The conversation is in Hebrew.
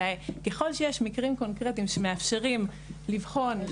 ככל שיש מקרים קונקרטיים שמאפשרים לבחון,